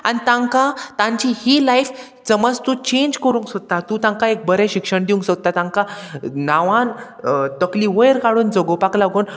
आनी तांकां तांची ही लायफ समज तूं चेंज करूंक सोदता तूं तांकां एक बरें शिक्षण दिवंक सोदता तांकां नांवान तकली वयर काडून जगोपाक लागून